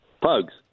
Pugs